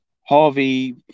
harvey